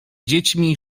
dziećmi